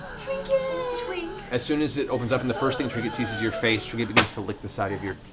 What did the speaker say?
trinket! matt as soon as it opens up and the first thing trinket sees is your face, trinket begins to lick the side of your